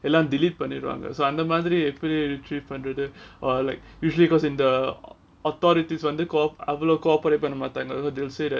எல்லாம்:ellam so பண்றது:panrathu oh are like usually goes in the authorities வந்து அவ்ளோ:vandhu avlo cooperate பண்ண மாட்டாங்க:panna matanga usually they'll say that